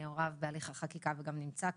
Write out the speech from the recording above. בהליך החקיקה וגם נמצא כאן,